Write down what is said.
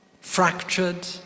fractured